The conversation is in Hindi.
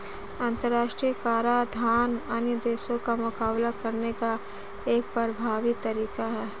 अंतर्राष्ट्रीय कराधान अन्य देशों का मुकाबला करने का एक प्रभावी तरीका है